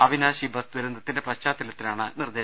അവിനാശി bus ദുരന്തത്തിൻറെ പശ്ചാത്തലത്തിലാണിത്